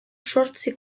zortzi